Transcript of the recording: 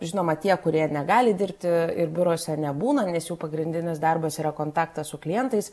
žinoma tie kurie negali dirbti ir biuruose nebūna nes jų pagrindinis darbas yra kontaktas su klientais